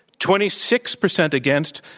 twenty six percent against,